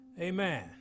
Amen